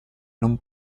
non